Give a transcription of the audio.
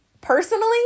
personally